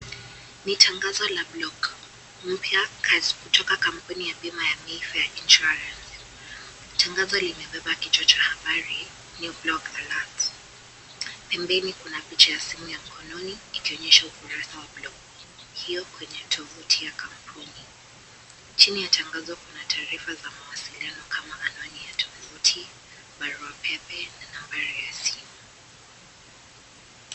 Ni tangazo la blog mpya cash kutoka kampuni ya Mayfair insurance . Tangazo limebeba kichwa cha habari " New blog alert ".Pembeni kuna picha ya simu ya mkononi ikionyesha ukurasa wa blog hiyo kwenye tovuti ya kampuni. Chini ya tangazo kuna taarifa za mawasiliano kama anwani ya tovuti, barua Pepe na nambari ya simu.